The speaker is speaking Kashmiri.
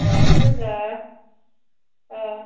اَہَن حظ آ